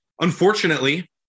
unfortunately